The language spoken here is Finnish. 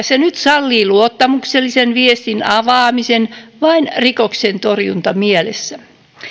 se nyt sallii luottamuksellisen viestin avaamisen vain rikoksentorjuntamielessä